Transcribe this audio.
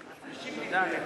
כשאתה קונה חלק,